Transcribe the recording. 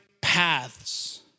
paths